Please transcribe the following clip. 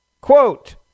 Quote